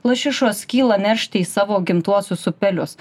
lašišos kyla neršti į savo gimtuosius upelius